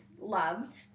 loved